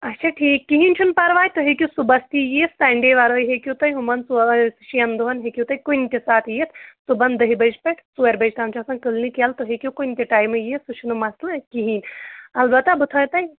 اچھا ٹھیٖک کِہیٖنۍ چھُنہٕ پَرواے تُہۍ ہیٚکِو صُبحس تہِ یِتھ سَنڈے وَرٲے ہیٚکِو تُہۍ ہُمَن ژو شیٚن دۄہَن ہیٚکیوٗ تُہۍ کُنہِ تہِ ساتہٕ یِتھ صُبحن دہہِ بَجہِ پٮ۪ٹھ ژورِ بَجہِ تام چھِ آسان کٕلنِک ییٚلہٕ تُہۍ ہیٚکِو کُنہِ تہِ ٹایمہٕ یِتھ سُہ چھِنہٕ مَسلہٕ کِہیٖنۍ البتہ بہٕ تھٲیو تۄہہِ